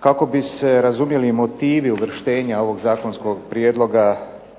kako bi se razumjeli motivi uvrštenja ovog zakonskog prijedloga